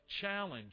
challenge